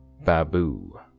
Babu